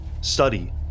study